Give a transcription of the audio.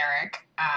Eric